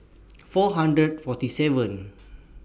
four hundred forty seven